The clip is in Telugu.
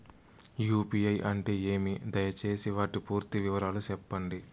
యు.పి.ఐ అంటే ఏమి? దయసేసి వాటి పూర్తి వివరాలు సెప్పండి?